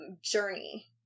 journey